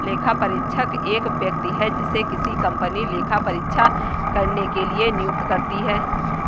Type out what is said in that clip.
लेखापरीक्षक एक व्यक्ति है जिसे किसी कंपनी लेखा परीक्षा करने के लिए नियुक्त करती है